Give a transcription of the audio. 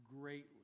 greatly